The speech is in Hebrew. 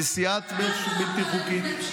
נשיאת נשק בלתי חוקי,